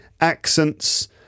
accents